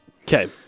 Okay